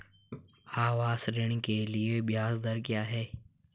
आवास ऋण के लिए ब्याज दर क्या हैं?